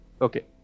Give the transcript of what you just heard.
Okay